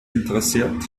interessiert